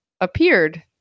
appeared